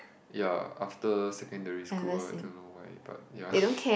ya after secondary school I don't know why but ya